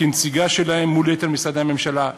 כנציגה שלהם מול יתר משרדי הממשלה.